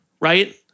right